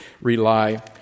rely